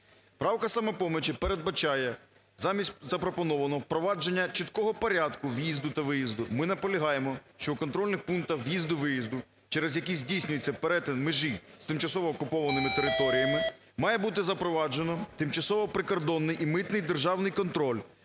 Правка "Самопомочі" передбачає замість запропонованого впровадження чіткого порядку в'їзду та виїзду. Ми наполягаємо, щоб у контрольних пунктах в'їзду-виїзду, через які здійснюється перетин межі з тимчасово окупованими територіями, має бути запроваджено тимчасовий прикордонний і митний державний контроль.